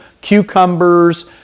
cucumbers